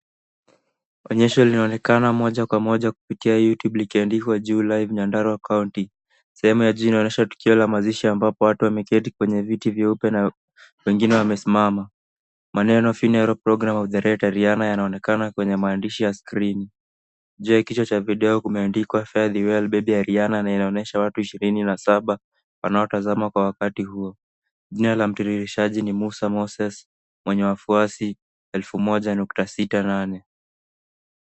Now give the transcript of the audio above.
Onyesho linaonekana moja kwa moja kupitia YouTube, likiandikwa juu Live Nyandarua County . Sehemu ya juu linaonyesha tukio la mazishi, ambapo watu wameketi kwenye viti vyeupe na wengine wamesimama. Maneno Funeral Programme of the late Rihanna yanayoonekana kwenye maandishi ya skrini. Juu ya kichwa cha video kumeandikwa, fairwell baby Rihanna na inaonyesha watu ishirini na saba wanaotazama kwa wakati huo. Jina la mtiririshaji ni Musa Moses, mwenye wafwasi, elfu moja nukta sita nane.